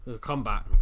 Combat